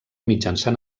mitjançant